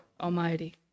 Almighty